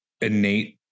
innate